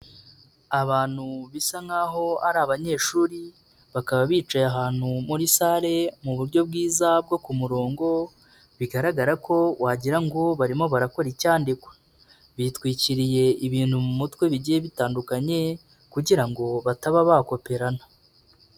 Abantu bisa nk'aho ari abanyeshuri bakaba bicaye ahantu muri salle mu buryo bwiza bwo ku murongo, bigaragara ko wagirango ngo barimo barakora icyandikwa. Bitwikiriye ibintu mu mutwe bigiye bitandukanye kugira ngo bataba bakoperana.